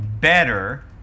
better